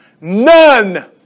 None